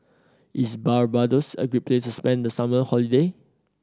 is Barbados a great place to spend the summer holiday